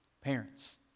Parents